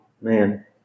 Man